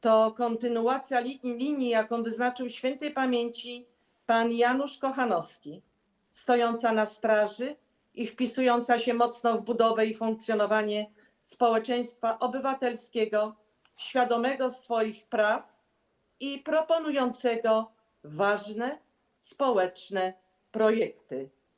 To kontynuacja linii, jaką wyznaczył śp. pan Janusz Kochanowski, stojąca na straży, wpisująca się mocno w budowę i funkcjonowanie społeczeństwa obywatelskiego świadomego swoich praw i proponującego ważne społeczne projekty.